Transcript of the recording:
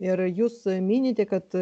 ir jūs minite kad